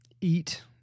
eat